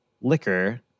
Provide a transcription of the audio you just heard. liquor